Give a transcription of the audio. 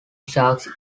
sharks